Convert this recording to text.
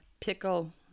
pickle